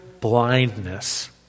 blindness